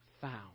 found